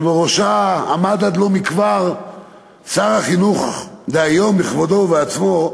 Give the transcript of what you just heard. שבראשה עמד עד לא מכבר שר החינוך דהיום בכבודו ובעצמו,